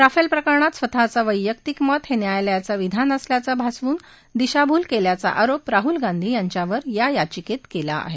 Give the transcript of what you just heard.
Rafale प्रकरणात स्वतचं वैयक्तिक मत हे न्यायालयाचं विधान असल्याचं भासवून दिशाभूल केल्याचा आरोप राहुल गांधी यांच्यावर या याचिकेत केला आहे